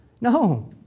No